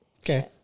okay